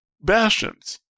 Bastions